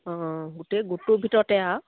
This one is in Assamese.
অঁ গোটেই গোটটোৰ ভিতৰতে আৰু